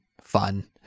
fun